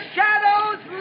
Shadow's